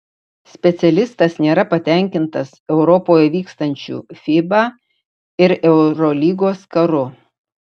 specialistas nėra patenkintas europoje vykstančiu fiba ir eurolygos karu